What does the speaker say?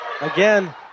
Again